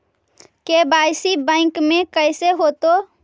KYC bank में कैसे होतै?